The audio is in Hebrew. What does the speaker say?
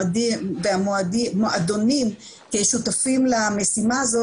המועדונים כשותפים למשימה הזאת,